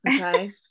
Okay